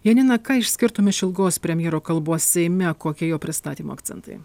janina ką išskirtum iš ilgos premjero kalbos seime kokie jo pristatymo akcentai